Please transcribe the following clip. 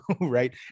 right